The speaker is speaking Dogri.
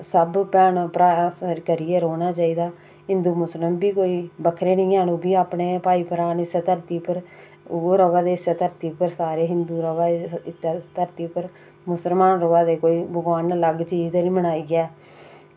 सब भैन भ्राऽ अस इक्क करियै रौह्ना चाहिदा हिंदु मुस्लिम बी कोई बक्खरे निं हैन ओह्बी अपने भाई भ्राऽ न इस्सै धरती पर ओह् रवा दे इस्सै धरती पर सारे हिंदु रवा दे इस धरती पर मुसलमान रवा दे भगवान नै अलग ते निं बनाये दे न